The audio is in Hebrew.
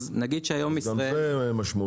אז נגיד שהיום ישראל --- גם זה משמעותי.